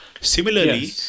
Similarly